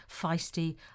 feisty